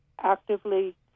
actively